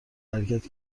حرکت